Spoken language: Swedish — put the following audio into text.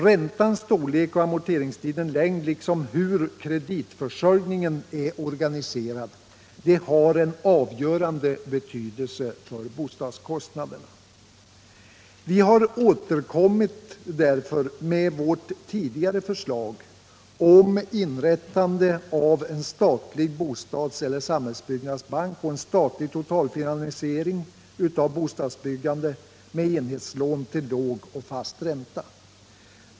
Räntans storlek och amorteringstidens längd liksom hur kreditförsörjningen är organiserad har en avgörande betydelse för bostadskostnaderna. Vi har därför återkommit med vårt tidigare förslag om inrättande av en statlig bostadseller samhällsbyggnadsbank och en statlig totalfinansiering av bostadsbyggandet med enhetslån till låg och fast ränta.